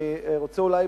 אני רוצה אולי,